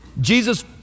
Jesus